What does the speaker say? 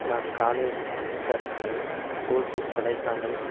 நான் காலேஜி தருணங்களில் ஊட்டி கொடைக்கானல்